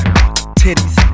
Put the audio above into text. Titties